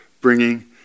bringing